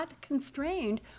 constrained